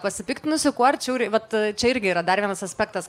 pasipiktinusių kuo arčiau ir vat čia irgi yra dar vienas aspektas